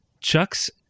Chuck's